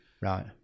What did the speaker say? right